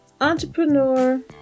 entrepreneur